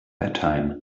bedtime